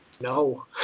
No